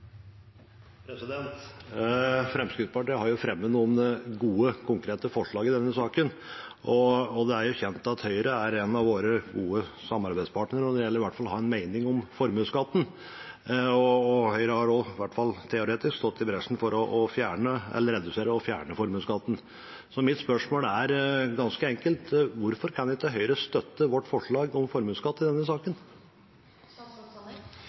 kjent at Høyre er en av våre gode samarbeidspartnere i hvert fall når det gjelder å ha en mening om formuesskatten. Høyre har også, i hvert fall teoretisk, gått i bresjen for å redusere og fjerne formuesskatten. Mitt spørsmål er ganske enkelt: Hvorfor kan ikke Høyre støtte vårt forslag om formuesskatt i denne saken?